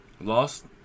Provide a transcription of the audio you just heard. Lost